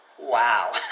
Wow